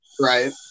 right